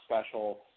special